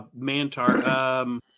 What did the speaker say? Mantar